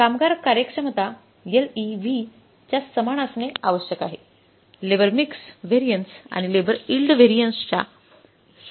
कामगारा कार्यक्षमता एलईव्हीच्या समान असणे आवश्यक आहे लेबर मिक्स व्हेरियन्स आणि लेबर यील्ड व्हेरियन्सच्या समान असणे आवश्यक आहे